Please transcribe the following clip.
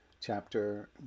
Chapter